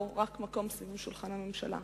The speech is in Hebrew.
או רק מקום ליד שולחן הממשלה.